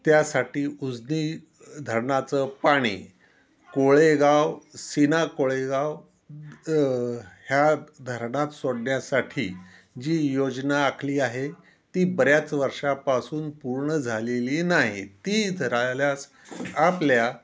त्यासाठी उजनी धरणाचं पाणी कोळेगाव सीना कोळेगांव ह्या धरणात सोडण्यासाठी जी योजना आखली आहे ती बऱ्याच वर्षापासून पूर्ण झालेली नाही ती जर आल्यास आपल्या